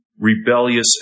rebellious